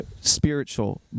spiritual